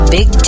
Big